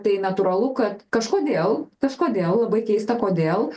tai natūralu kad kažkodėl kažkodėl labai keista kodėl